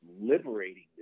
liberating